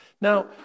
Now